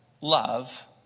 love